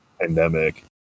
Pandemic